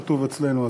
כתוב אצלנו.